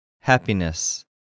Happiness